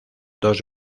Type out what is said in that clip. dos